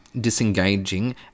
disengaging